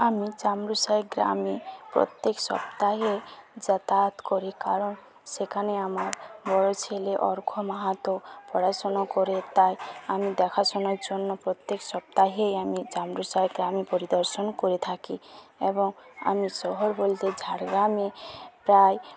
আমি চামরুসাই গ্রামে প্রত্যেক সপ্তাহে যাতায়াত করি কারণ সেখানে আমার বড় ছেলে অর্ঘ্য মাহাতো পড়াশোনা করে তাই আমি দেখাশোনার জন্য প্রত্যেক সপ্তাহে আমি চামরুসাই গ্রামে পরিদর্শন করে থাকি এবং আমি শহর বলতে ঝাড়গ্রামে প্রায়